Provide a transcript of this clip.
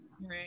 Right